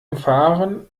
umfahren